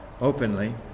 openly